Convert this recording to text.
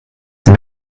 den